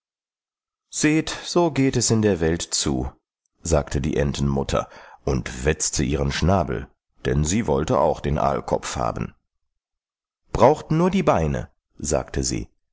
seht so geht es in der welt zu sagte die entenmutter und wetzte ihren schnabel denn sie wollte auch den aalkopf haben braucht nur die beine sagte sie